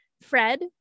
Fred